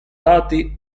dati